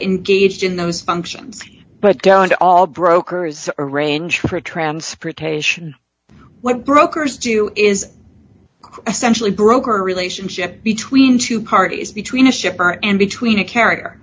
engaged in those functions but going to all brokers arrange for transportation what brokers do is essentially broker a relationship between two parties between a shipper and between a carrier